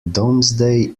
domesday